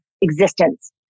existence